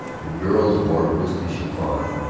the girls wore misty chiffon,